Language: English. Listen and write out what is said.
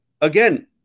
again